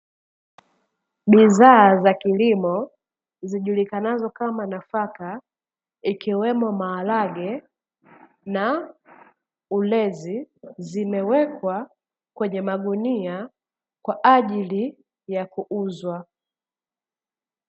Bidhaa za kilimo zijulikanazo kama nafaka ikiwemo maharage na ulezi, zimewekwa kwenye magunia kwa ajili ya kuuzwa.